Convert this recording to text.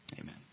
Amen